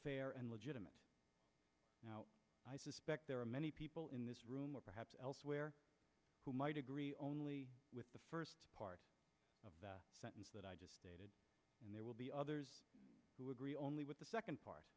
fair and legitimate now i suspect there are many people in this room or perhaps elsewhere who might agree only with the first part of the sentence that i just stated and there will be others who agree only with the second part